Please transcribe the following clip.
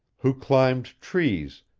who climbed trees,